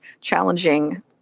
challenging